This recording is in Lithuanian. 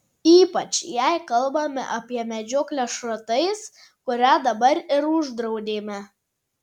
ypač jei kalbame apie medžioklę šratais kurią dabar ir uždraudėme